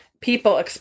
People